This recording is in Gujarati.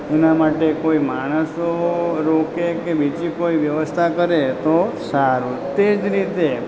એના માટે કોઈ માણસો રોકે કે બીજી કોઈ વ્યવસ્થા કરે તો સારું તે જ રીતે